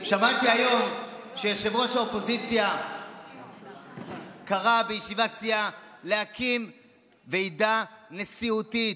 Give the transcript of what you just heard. שמעתי היום שראש האופוזיציה קרא בישיבת סיעה להקים ועידה נשיאותית.